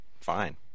fine